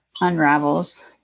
unravels